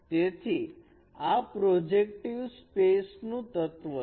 તેથી તે પ્રોજેક્ટિવ સ્પેસનું તત્વ છે